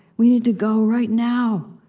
we need to go right now!